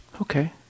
Okay